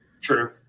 True